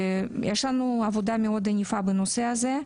יש לנו עבודה מאוד ענפה בנושא הזה.